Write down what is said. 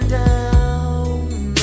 down